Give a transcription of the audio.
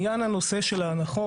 בית,